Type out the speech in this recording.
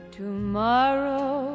tomorrow